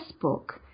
book